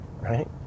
right